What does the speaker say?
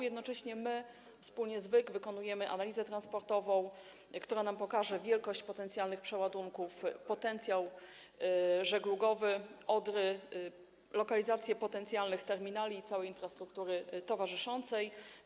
Jednocześnie wspólnie z WYG wykonujemy analizę transportową, która nam pokaże wielkość potencjalnych przeładunków, potencjał żeglugowy Odry, lokalizację potencjalnych terminali i całej infrastruktury towarzyszącej.